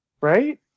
right